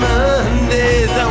Mondays